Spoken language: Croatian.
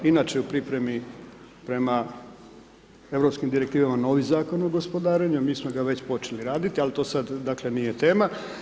Inače je u pripremi prema europskim direktivama novi Zakon o gospodarenju a mi smo ga već počeli raditi ali to sad dakle nije tema.